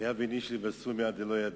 חייב איניש לבסומי עד דלא ידע,